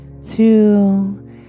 Two